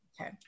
Okay